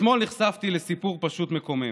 אתמול נחשפתי לסיפור מקומם.